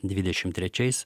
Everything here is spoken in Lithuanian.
dvidešim trečiais